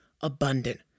abundant